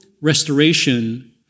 restoration